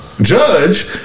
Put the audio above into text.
judge